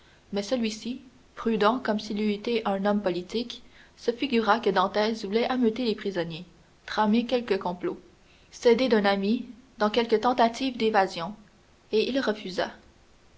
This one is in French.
mais celui-ci prudent comme s'il eût été un homme politique se figura que dantès voulait ameuter les prisonniers tramer quelque complot s'aider d'un ami dans quelque tentative d'évasion et il refusa